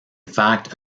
fact